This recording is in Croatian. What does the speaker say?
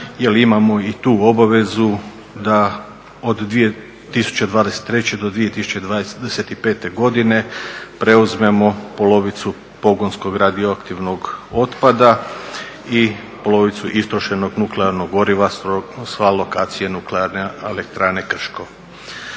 jer imamo i tu obavezu da od 2023. do 2025. godine preuzmemo polovicu pogonskog radioaktivnog otpada i polovicu istrošenog nuklearnog goriva sa lokacije nuklearne elektrane Krško.